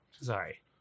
Sorry